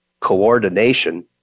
coordination